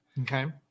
Okay